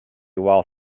while